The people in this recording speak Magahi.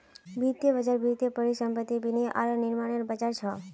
वित्तीय बज़ार वित्तीय परिसंपत्तिर विनियम आर निर्माणनेर बज़ार छ